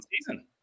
season